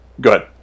good